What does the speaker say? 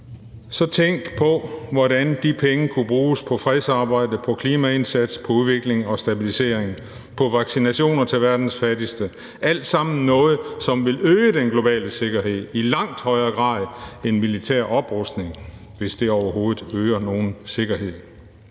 så tænk på, hvordan de penge kunne bruges på fredsarbejde, på klimaindsats, på udvikling og stabilisering og på vaccinationer til verdens fattigste. Det er alt sammen noget, som ville øge den globale sikkerhed i langt højere grad end militær oprustning – hvis det overhovedet øger nogen sikkerhed.